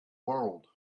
world